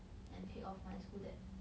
and pay off my school debt